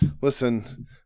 listen